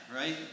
right